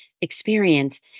experience